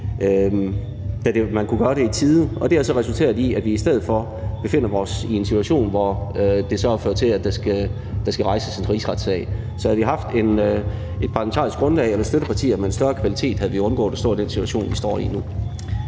da man kunne gøre det i tide. Det har så resulteret i, at vi i stedet befinder os i en situation, hvor det har ført til, at der skal rejses en rigsretssag. Så havde der været et parlamentarisk grundlag eller støtteparti med en større kvalitet, havde vi undgået at stå i den situation, vi står i nu.